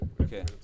Okay